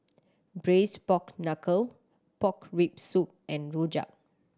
Braised Pork Knuckle pork rib soup and rojak